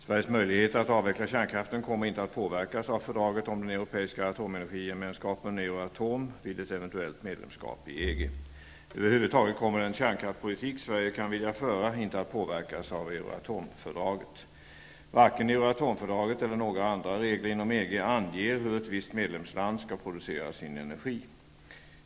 Sveriges möjligheter att avveckla kärnkraften kommer inte att påverkas av fördraget om Europeiska atomenergigemenskapen, Över huvud taget kommer den kärnkraftspolitik Sverige kan vilja föra inte att påverkas av Euratomfördraget. Varken Euratom-fördraget eller några andra regler inom EG anger hur ett visst medlemsland skall producera sin energi.